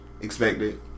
Expected